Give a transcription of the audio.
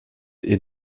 est